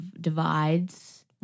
divides